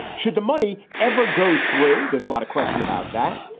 should the money ever go through? there's a lot of question about that.